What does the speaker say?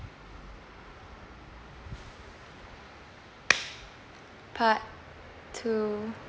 part two